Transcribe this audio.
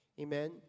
Amen